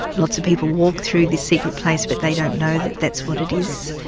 lots of people walk through this secret place but they don't know that that's what it is.